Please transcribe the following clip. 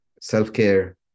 self-care